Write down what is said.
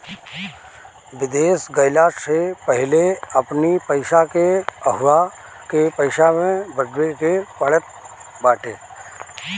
विदेश गईला से पहिले अपनी पईसा के उहवा के पईसा में बदले के पड़त बाटे